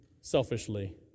selfishly